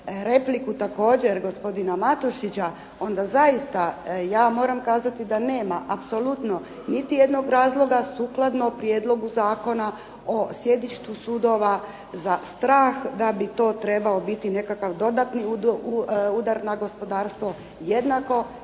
repliku također gospodina Matošića, onda zaista ja moram kazati da nema apsolutno niti jednog razloga sukladno prijedlogu Zakona o sjedištu sudova za strah da bi to trebao biti nekakav dodatni udar na gospodarstvo, jednako